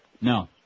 No